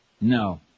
No